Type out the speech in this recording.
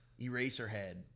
Eraserhead